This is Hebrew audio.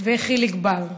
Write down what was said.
חיליק בר.